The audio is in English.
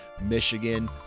michigan